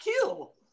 kill